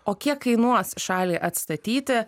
o kiek kainuos šalį atstatyti